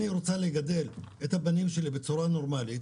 אני רוצה לגדל את הילדים שלי בצורה נורמלית,